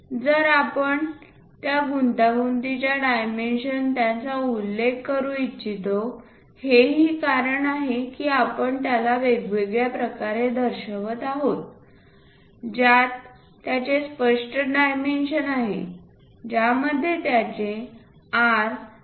तरआपण त्या गुंतागुंतीच्या डायमेन्शन यांचा उल्लेख करू इच्छितो हेही कारण आहे की आपण याला वेगळ्याप्रकारे दर्शवित आहोत ज्यात त्याचे स्पष्ट डायमेन्शनिंग आहे ज्यामध्ये त्याचे R 0